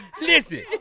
listen